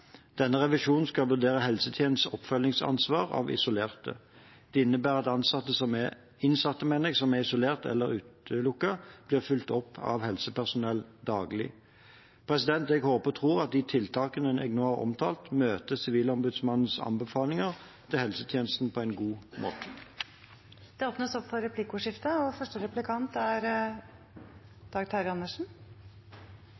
Denne revisjonen skal vurdere helsetjenestens oppfølgingsansvar av isolerte. Det innebærer at innsatte som er isolert eller utelukket, blir fulgt opp av helsepersonell daglig. Jeg håper og tror at de tiltakene jeg nå har omtalt, møter Sivilombudsmannens anbefalinger til helsetjenesten på en god måte. Det blir replikkordskifte. Takk til statsråden, som jeg synes hadde en ryddig gjennomgang av sine planer for